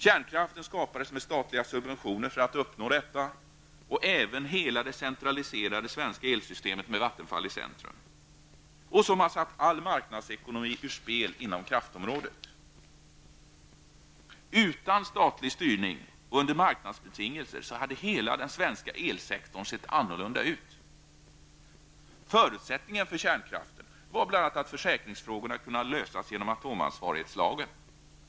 Kärnkraften skapades med statliga subventioner för att uppnå detta och även hela det centraliserade svenska elsystemet med Vattenfall i centrum, något som har satt all marknadsekonomi ur spel inom kraftområdet. Utan statlig styrning och under marknadsbetingelser hade hela den svenska elsektorn sett annorlunda ur. Förutsättningen för kärnkraften var bl.a. att försäkringsfrågorna kunde lösas genom atomansvarighetslagen.